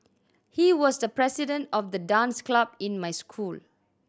he was the president of the dance club in my school